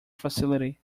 facility